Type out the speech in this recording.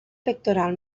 pectoral